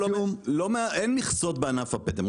למועצת הלול אין מכסות בענף הפטם,